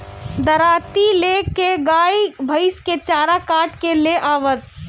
दराँती ले के गाय भईस के चारा काट के ले आवअ